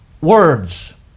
words